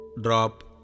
drop